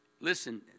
Listen